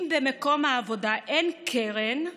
אם במקום העבודה אין קרן,